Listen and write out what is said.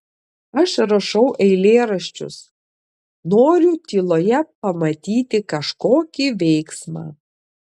aš rašau eilėraščius noriu tyloje pamatyti kažkokį veiksmą